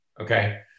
okay